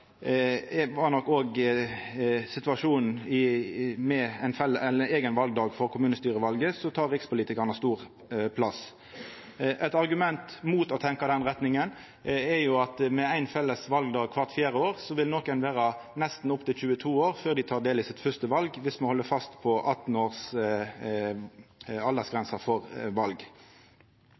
nok òg situasjonen no – med ein eigen valdag for kommunestyrevalet tek rikspolitikarane stor plass. Eit argument mot å tenkja i den retninga er at med éin felles valdag kvart fjerde år vil nokon vera nesten 22 år før dei tek del i sitt første val – viss me held fast på 18 års aldersgrense ved val.